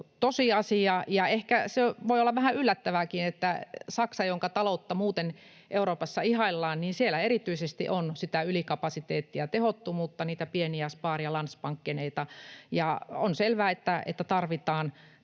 tosiasia, ja ehkä se voi olla vähän yllättävääkin, että Saksassa, jonka taloutta muuten Euroopassa ihaillaan, erityisesti on sitä ylikapasiteettia, tehottomuutta, niitä pieniä spar- ja landesbankeneita. On selvää, että tarvitaan